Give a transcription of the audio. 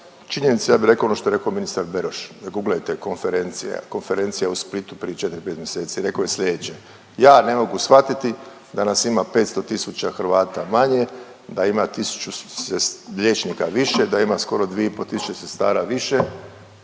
bi rekao ono što je rekao ministar Beroš. Guglajte konferencija, konferencija u Splitu prije 4-5 mjeseci. Rekao je slijedeće. Ja ne mogu shvatiti da nas ima 500 tisuća Hrvata manje, da ima 1000 liječnika više, da ima skoro 2,5 tisuće sestara više,